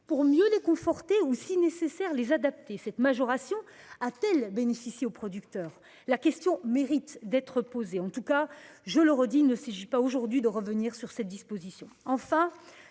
pour mieux les conforter ou, si nécessaire, les adapter. Les producteurs ont-ils bénéficié de cette majoration ? La question mérite d'être posée. En tout cas, je le redis, il ne s'agit pas aujourd'hui de revenir sur cette disposition.